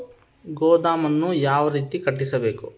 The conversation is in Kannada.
ಗೋದಾಮನ್ನು ಯಾವ ರೇತಿ ಕಟ್ಟಿಸಬೇಕು?